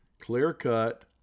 clear-cut